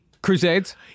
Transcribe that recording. Crusades